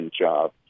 job